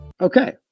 Okay